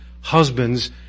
Husbands